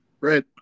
right